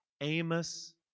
Amos